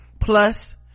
plus